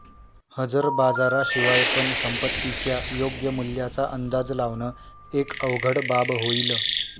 हजर बाजारा शिवाय पण संपत्तीच्या योग्य मूल्याचा अंदाज लावण एक अवघड बाब होईल